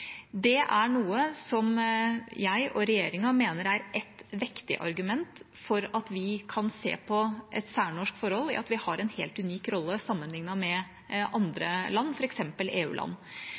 Det er noe som jeg og regjeringa mener er et vektig argument for at vi kan se på et særnorsk forhold, at vi har en helt unik rolle sammenlignet med andre land,